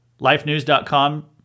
lifenews.com